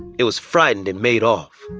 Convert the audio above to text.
it was frightened and made off.